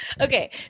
Okay